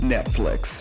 Netflix